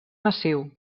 massiu